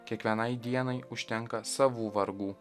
kiekvienai dienai užtenka savų vargų